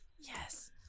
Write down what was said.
Yes